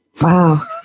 Wow